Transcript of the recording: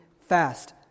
fast